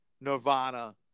Nirvana